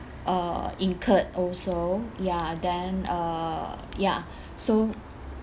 uh incurred also ya then uh ya so